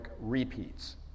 Repeats